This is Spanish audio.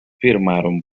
firmaron